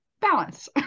balance